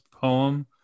poem